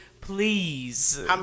please